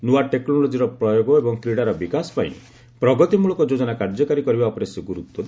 ନୂଆ ଟେକ୍ନୋଲୋଜିର ପ୍ରୟୋଗ ଏବଂ କ୍ରୀଡ଼ାର ବିକାଶ ପାଇଁ ପ୍ରଗତିମୂଳକ ଯୋଜନା କାର୍ଯ୍ୟକାରୀ କରିବା ଉପରେ ସେ ଗୁରୁତ୍ୱ ଦେଇଛନ୍ତି